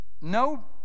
no